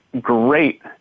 great